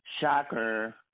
shocker